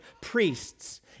priests